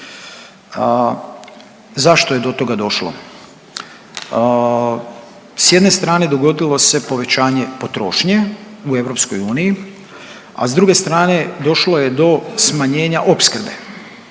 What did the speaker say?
Zašto je do toga došlo? S jedne strane dogodilo se povećanje potrošnje u EU, a s druge strane došlo je do smanjenja opskrbe.